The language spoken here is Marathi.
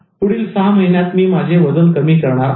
पुढील सहा महिन्यात मी माझे वजन कमी करणार आहे